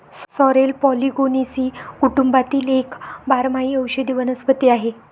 sorrel Polygonaceae कुटुंबातील एक बारमाही औषधी वनस्पती आहे